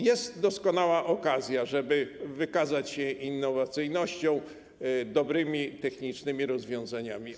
Jest doskonała okazja, żeby wykazać się innowacyjnością, dobrymi technicznymi rozwiązaniami.